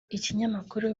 ikinyamakuru